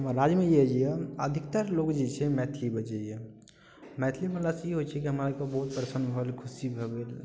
हमर राज्यमे जे यऽ अधिकतर लोक जे छै मैथिली बजैये मैथिली बजलासँ इ होइ छै की हमरा सबके बहुत प्रसन्न भेल खुशी भऽ गेल